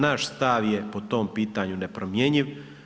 Naš stav je po tom pitanju nepromjenjiv.